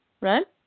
right